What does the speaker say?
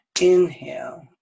Inhale